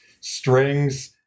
strings